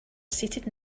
seated